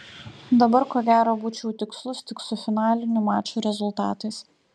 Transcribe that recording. dabar ko gero būčiau tikslus tik su finalinių mačų rezultatais